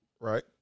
Right